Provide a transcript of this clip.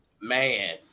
Man